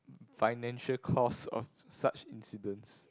financial cost of such incidents